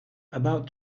about